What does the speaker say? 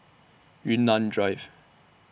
Yunnan Drive